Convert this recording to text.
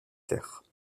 terres